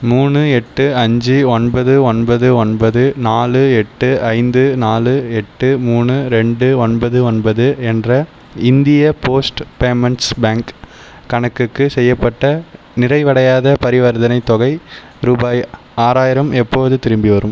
மூணு எட்டு அஞ்சு ஒன்பது ஒன்பது ஒன்பது நாலு எட்டு ஐந்து நாலு எட்டு மூணு ரெண்டு ஒன்பது ஒன்பது என்ற இந்திய போஸ்ட் பேமெண்ட்ஸ் பேங்க் கணக்குக்கு செய்யப்பட்ட நிறைவடையாத பரிவர்த்தனைத் தொகை ரூபாய் ஆறாயிரம் எப்போது திரும்பிவரும்